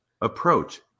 approach